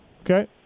okay